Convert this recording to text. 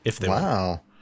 Wow